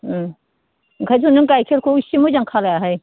ओंखायनथ' नों गाइखेरखौ इसे मोजां खालायहाय